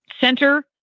center